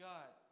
God